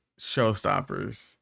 showstoppers